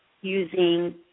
using